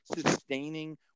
sustaining